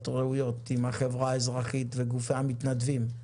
ראויות עם החברה האזרחית וגופי המתנדבים.